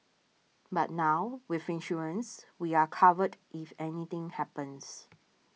but now with insurance we are covered if anything happens